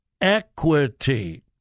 equity